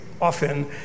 often